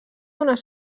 donar